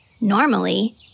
normally